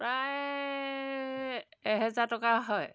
প্ৰায় এহেজাৰ টকা হয়